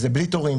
זה זה בלי תורים,